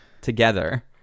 together